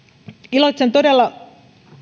iloitsen todella